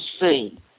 see